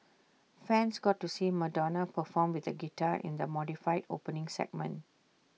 fans got to see Madonna perform with A guitar in the modified opening segment